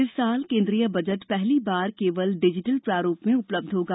इस वर्ष केन्द्रीय बजट पहली बार केवल डिजिटल प्रारूप में उपलब्ध होगा